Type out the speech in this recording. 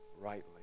rightly